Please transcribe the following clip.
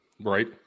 Right